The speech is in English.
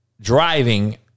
driving